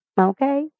Okay